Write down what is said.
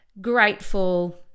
grateful